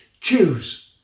Choose